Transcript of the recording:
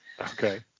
Okay